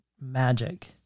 magic